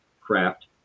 craft